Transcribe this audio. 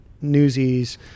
newsies